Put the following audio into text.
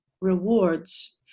rewards